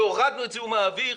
שהורדנו את זיהום האוויר,